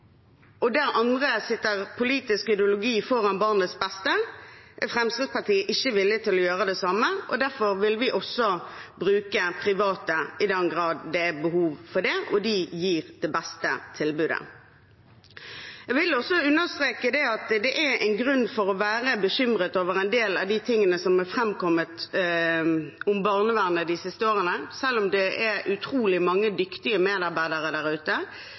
og der andre partier setter politisk ideologi foran barnets beste, er Fremskrittspartiet ikke villig til å gjøre det samme. Derfor vil vi også bruke private, i den grad det er behov for det og de gir det beste tilbudet. Jeg vil også understreke at det er grunn til å være bekymret for en del av de tingene som er framkommet om barnevernet de siste årene. Selv om det er utrolig mange dyktige medarbeidere der ute,